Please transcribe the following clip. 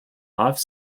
off